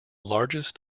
largest